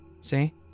See